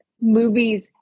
movies